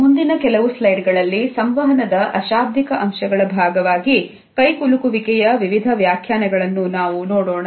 ಮುಂದಿನ ಕೆಲವು slide ಗಳಲ್ಲಿ ಮನದ ಅಶಾಬ್ದಿಕ ಅಂಶಗಳ ಭಾಗವಾಗಿ ಕೈಕುಲುಕುವಿಕೆಯ ವಿವಿಧ ವ್ಯಾಖ್ಯಾನಗಳನ್ನು ನಾವು ನೋಡೋಣ